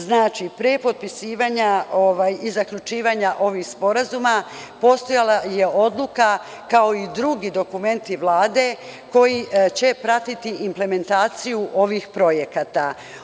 Znači, pre potpisivanja i zaključivanja ovih sporazuma postojala je odluka, kao i drugi dokumenti Vlade koji će pratiti implementaciju ovih projekata.